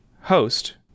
host